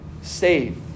save